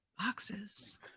boxes